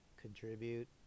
contribute